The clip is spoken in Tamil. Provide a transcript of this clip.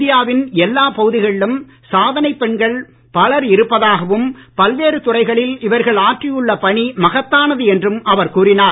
இந்தியாவின் எல்லா பகுதிகளிலும் சாதனைப் பெண்கள் பலர் இருப்பதாகவும் பல்வேறு துறைகளில் இவர்கள் ஆற்றியுள்ள பணி மகத்தானது என்றும் அவர் கூறினார்